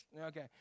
Okay